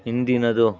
ಹಿಂದಿನದು